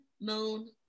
moon